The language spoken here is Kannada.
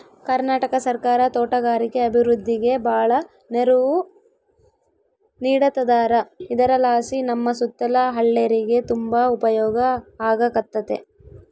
ಕರ್ನಾಟಕ ಸರ್ಕಾರ ತೋಟಗಾರಿಕೆ ಅಭಿವೃದ್ಧಿಗೆ ಬಾಳ ನೆರವು ನೀಡತದಾರ ಇದರಲಾಸಿ ನಮ್ಮ ಸುತ್ತಲ ಹಳ್ಳೇರಿಗೆ ತುಂಬಾ ಉಪಯೋಗ ಆಗಕತ್ತತೆ